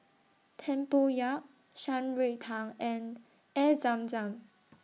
Tempoyak Shan Rui Tang and Air Zam Zam